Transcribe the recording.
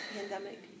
pandemic